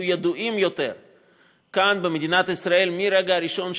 ידועים יותר כאן במדינת ישראל מהרגע הראשון,